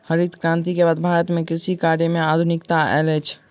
हरित क्रांति के बाद भारत में कृषि कार्य में आधुनिकता आयल अछि